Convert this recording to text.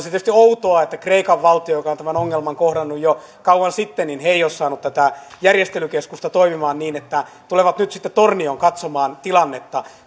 tietysti outoa että kreikan valtio joka on tämän ongelman kohdannut jo kauan sitten ei ole saanut tätä järjestelykeskusta toimimaan niin että tulevat nyt sitten tornioon katsomaan tilannetta